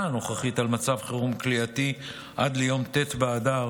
הנוכחית על מצב חירום כליאתי עד ליום ט' באדר